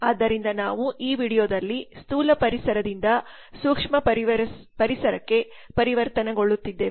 ಆದ್ದರಿಂದ ನಾವು ಈ ವೀಡಿಯೊದಲ್ಲಿ ಸ್ಥೂಲ ಪರಿಸರದಿಂದ ಸೂಕ್ಷ್ಮ ಪರಿಸರಕ್ಕೆ ಪರಿವರ್ತನೆಗೊಳ್ಳುತ್ತಿದ್ದೇವೆ